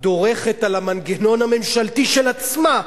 דורכת על המנגנון הממשלתי של עצמה,